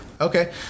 Okay